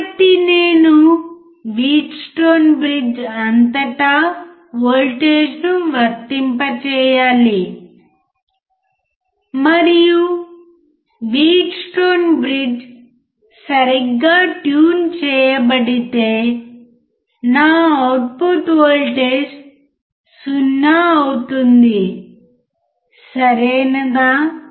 కాబట్టి నేను Wheatstone bridge అంతటా వోల్టేజ్ను వర్తింప చెయ్యాలి మరియు వీట్స్టోన్ బ్రిడ్జ్ సరిగ్గా ట్యూన్ చేయబడితే నా అవుట్పుట్ వోల్టేజ్ 0 అవుతుంది సరియైనదా